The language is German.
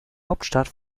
hauptstadt